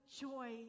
joy